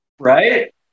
right